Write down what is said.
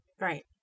Right